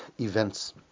events